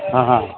હં હં